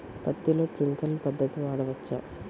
పత్తిలో ట్వింక్లర్ పద్ధతి వాడవచ్చా?